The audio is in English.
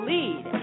Lead